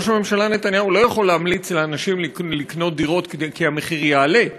ראש הממשלה נתניהו לא יכול להמליץ לאנשים לקנות דירות כי המחיר יעלה,